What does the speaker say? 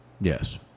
Yes